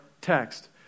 text